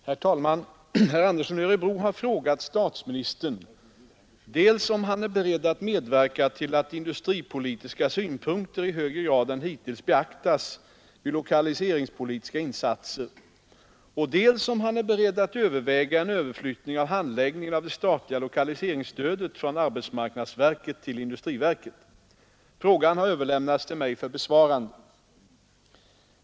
Herr talman! Herr Andersson i Örebro har frågat statsministern dels om han är beredd att medverka till att industripolitiska synpunkter i högre grad än hittills beaktas vid lokaliseringspolitiska insatser och dels om han är beredd att överväga en överflyttning av handläggningen av det statliga lokaliseringsstödet från arbetsmarknadsverket till industriverket. Frågan har överlämnats till mig för besvarande.